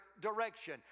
direction